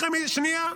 --- שנייה.